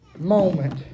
Moment